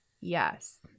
Yes